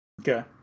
Okay